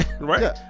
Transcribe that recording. Right